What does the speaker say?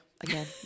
Again